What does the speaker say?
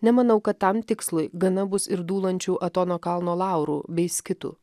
nemanau kad tam tikslui gana bus ir dūlančių atono kalno laurų bei skitų